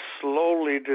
slowly